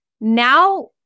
now